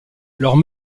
leurs